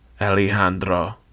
Alejandro